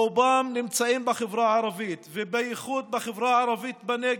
רובם נמצאים בחברה הערבית ובייחוד בחברה הערבית בנגב,